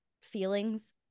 feelings